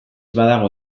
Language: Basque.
badago